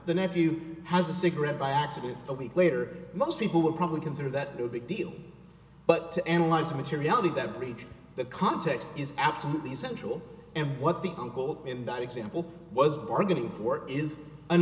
the nephew has a cigarette by accident a week later most people would probably consider that no big deal but to analyze materiality that breaching the context is absolutely essential and what the uncle in that example was bargaining for is an